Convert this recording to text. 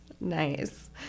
Nice